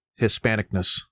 Hispanicness